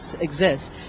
exists